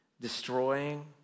destroying